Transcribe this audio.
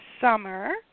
summer